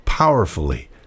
Powerfully